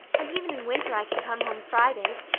and even in winter i can come home fridays.